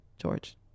George